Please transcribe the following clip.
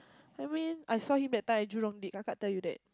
I mean I saw him that time at Jurong did Kaka tell you that